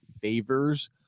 favors